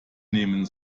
nehmen